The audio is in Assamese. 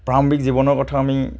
প্ৰাৰম্ভিক জীৱনৰ কথা আমি